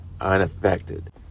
unaffected